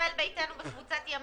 נחזור לזה.